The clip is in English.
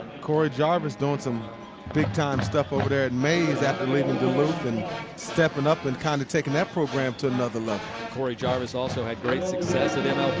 cory jarvis doing so um ah big-time stuff over there at mays after leaving duluth and stepping up and kind of taking that program to another level. cory jarvis had great success at and